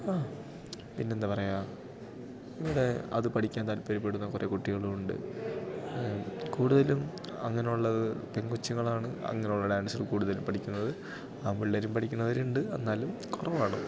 ആ പിന്നെന്താ പറയുക ഇവിടെ അത് പഠിക്കാൻ താൽപര്യപ്പെടുന്ന കുറെ കുട്ടികളുവുണ്ട് കൂടുതലും അങ്ങനെ ഉള്ളത് പെൺകൊച്ചുങ്ങളാണ് അങ്ങനെ ഉള്ള ഡാൻസിൽ കൂടുതലും പഠിക്കുന്നത് ആൺപിള്ളേരും പഠിക്കുന്നവരുണ്ട് എന്നാലും കുറവാണ്